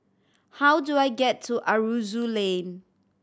how do I get to Aroozoo Lane